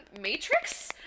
Matrix